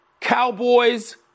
Cowboys